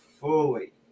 fully